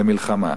למלחמה.